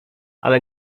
ale